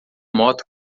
moto